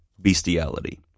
bestiality